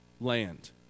land